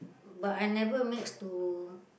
but I never mix to